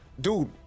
dude